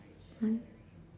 mm